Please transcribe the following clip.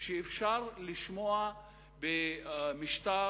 שאפשר לשמוע במשטר